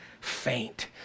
faint